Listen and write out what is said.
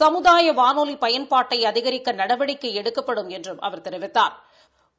சமுதாய வானொலி பயன்பாட்டை அதிகரிக்க நடவடிக்கை எடுக்கப்படும் என்றும் தெரிவித்தாா்